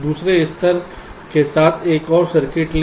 दूसरे स्तर के साथ एक और सर्किट लें